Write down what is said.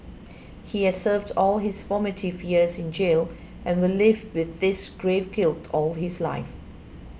he has served all his formative years in jail and will live with this grave guilt all his life